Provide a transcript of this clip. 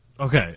Okay